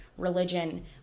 religion